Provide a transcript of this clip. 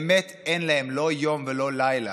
באמת אין להם לא יום ולא לילה.